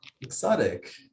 exotic